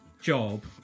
job